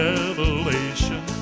Revelation